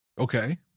Okay